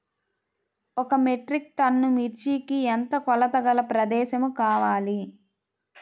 ఒక metric tonne మిర్చికి ఎంత కొలతగల ప్రదేశము కావాలీ?